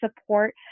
support